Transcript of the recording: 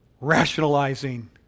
rationalizing